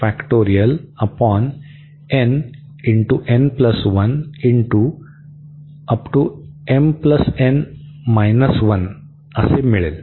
येथे आपल्याला मिळेल